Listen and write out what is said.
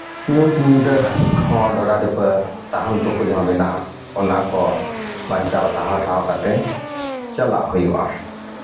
ᱧᱩᱛ ᱧᱤᱫᱟᱹ ᱦᱚᱸ ᱰᱷᱚᱰᱟ ᱰᱷᱤᱯᱟᱹ ᱛᱟᱦᱟᱢ ᱛᱩᱠᱩᱡᱽ ᱦᱚᱸ ᱢᱮᱱᱟᱜᱼᱟ ᱚᱱᱟ ᱠᱚ ᱵᱟᱧᱪᱟᱣ ᱛᱟᱦᱟᱣ ᱛᱟᱦᱟᱣ ᱠᱟᱛᱮᱫ ᱪᱟᱞᱟᱜ ᱦᱩᱭᱩᱜᱼᱟ